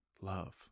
love